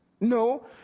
No